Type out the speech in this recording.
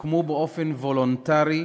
הוקמו באופן וולונטרי,